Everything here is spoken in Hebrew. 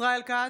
ישראל כץ,